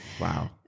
Wow